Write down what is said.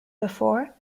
before